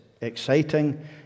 exciting